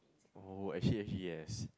oh actually actually yes